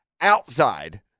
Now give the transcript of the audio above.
outside